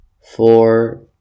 four